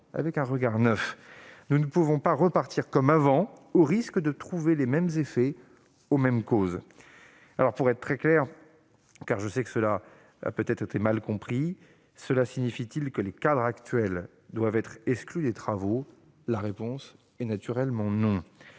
avec un regard neuf. Nous ne pouvons pas repartir comme avant, au risque que les mêmes causes produisent les mêmes effets. Pour être très clair, car je sais que cela a peut-être été mal compris, cela signifie-t-il que les cadres actuels doivent être exclus des travaux ? La réponse est naturellement non.